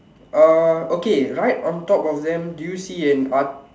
uh okay right on top of them do you see an art